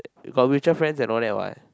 got mutual friends and all that what